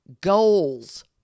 goals